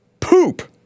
Poop